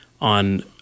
on